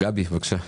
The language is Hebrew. גבי בבקשה.